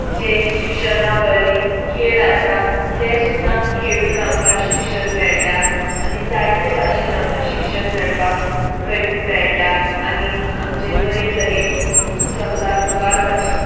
जे शिक्षणा वरी खेळ आसा ते सुद्दां खेळून आमकां शिक्षण मेळटा आनी जायते भाशेन आमकां शिक्षण मेळपाक प्रयत्न मेळटा आनी आमचे बरे तरेन संवसार मुखार वता